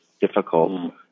difficult